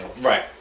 Right